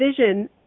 vision